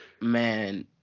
man